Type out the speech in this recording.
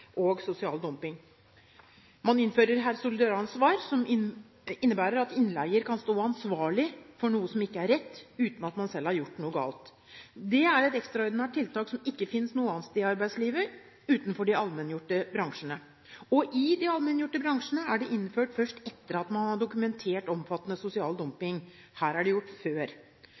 og sosial dumping. Man innfører solidaransvar, som innebærer at innleier kan stå ansvarlig for noe som ikke er rett, uten at man selv har gjort noe galt. Det er et ekstraordinært tiltak som ikke finnes noe annet sted i arbeidslivet, utenfor de allmenngjorte bransjene. I de allmenngjorte bransjene er det innført først etter at man har dokumentert omfattende sosial dumping, mens her er det gjort før.